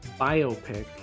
biopic